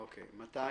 מתי?